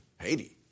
Haiti